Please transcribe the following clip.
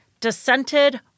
dissented